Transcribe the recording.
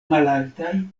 malaltaj